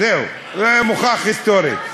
זהו, זה מוכח היסטורית.